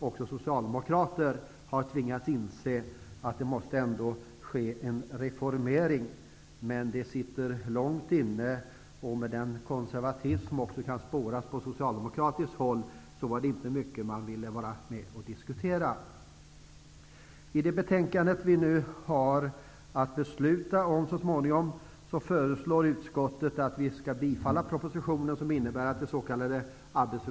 Också socialdemokrater har ju tvingats inse att det ändå måste ske en reformering, men det sitter långt inne, och med den konservatism som också kan spåras på socialdemokratiskt håll var det inte mycket som man ville vara med och diskutera. I det betänkande som vi så småningom skall besluta om föreslår utskottet att vi skall bifalla propositionen, som innebär att det s.k.